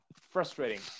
frustrating